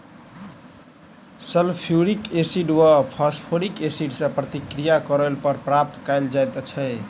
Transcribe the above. sulphuric acid वा phosphoric acid सॅ प्रतिक्रिया करौला पर प्राप्त कयल जाइत छै